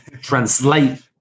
translate